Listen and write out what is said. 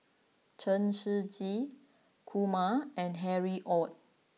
Chen Shiji Kumar and Harry Ord